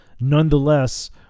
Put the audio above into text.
Nonetheless